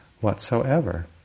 whatsoever